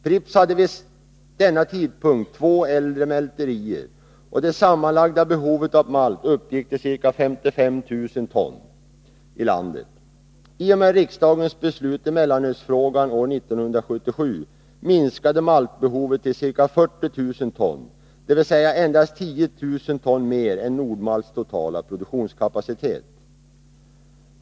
Pripps hade vid denna tidpunkt två äldre mälterier, och det sammanlagda behovet av malt uppgick till ca 55000 ton i landet. I och med riksdagens beslut i mellanölsfrågan år 1977 minskade maltbehovet till ca 40 000 ton, dvs. endast 10 000 ton mer än Nord-Malts totala produktionskapacitet.